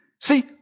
See